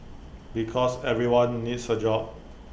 because everyone needs A job